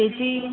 ചേച്ചി